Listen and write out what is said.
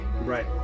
Right